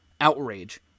outrage